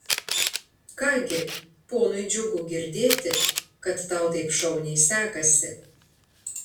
ką gi ponui džiugu girdėti kad tau taip šauniai sekasi